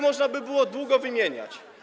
Można byłoby długo wymieniać.